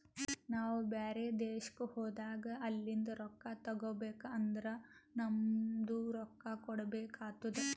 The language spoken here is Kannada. ನಾವು ಬ್ಯಾರೆ ದೇಶ್ಕ ಹೋದಾಗ ಅಲಿಂದ್ ರೊಕ್ಕಾ ತಗೋಬೇಕ್ ಅಂದುರ್ ನಮ್ದು ರೊಕ್ಕಾ ಕೊಡ್ಬೇಕು ಆತ್ತುದ್